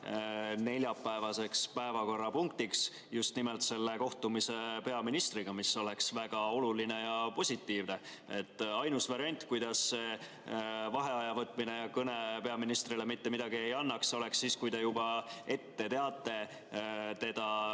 neljapäevaseks päevakorrapunktiks. See oleks väga oluline ja positiivne. Ainus variant, kuidas vaheaja võtmine ja kõne peaministrile mitte midagi ei annaks, oleks siis, kui te juba ette teate, teda